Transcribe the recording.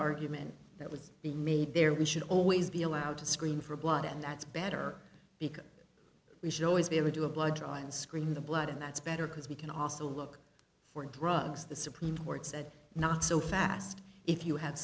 argument that was being made there we should always be allowed to screen for blood and that's better because we should always be able to a blood draw and screen the blood and that's better because we can also look for drugs the supreme court said not so fast if you ha